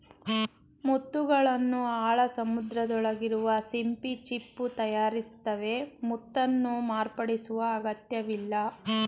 ಮುತ್ತುಗಳನ್ನು ಆಳ ಸಮುದ್ರದೊಳಗಿರುವ ಸಿಂಪಿ ಚಿಪ್ಪು ತಯಾರಿಸ್ತವೆ ಮುತ್ತನ್ನು ಮಾರ್ಪಡಿಸುವ ಅಗತ್ಯವಿಲ್ಲ